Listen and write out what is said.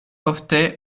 ofte